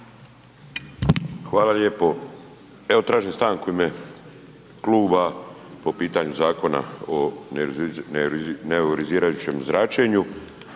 Hvala lijepo. Evo tražim stanku u ime kluba po pitanju zakona o neionizirajućem zračenju.